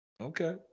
Okay